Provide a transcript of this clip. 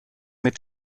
mit